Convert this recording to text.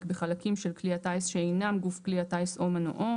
בחלקים של כלי הטיס שאינם כלי הטיס או מנועו,